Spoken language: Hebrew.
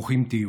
ברוכים תהיו.